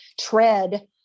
tread